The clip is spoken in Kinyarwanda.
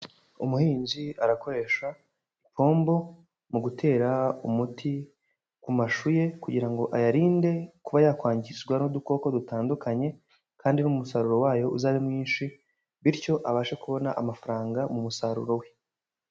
Umuhinzi arakoresha ipombo mu gutera umuti ku mashu ye kugira ngo ayarinde kuba yakwangizwa n'udukoko dutandukanye kandi n'umusaruro wayo uzabe mwinshi bityo abashe kubona amafaranga mu musaruro we.